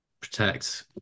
protect